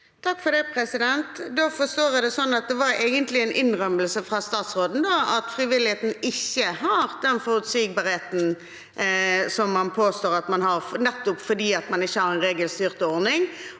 (FrP) Da forstår jeg det sånn at det egentlig var en innrømmelse fra statsråden – at frivilligheten ikke har den forutsigbarheten som man påstår at man har, nettopp fordi man ikke har en regelstyrt ordning,